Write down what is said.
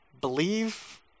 believe